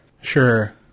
Sure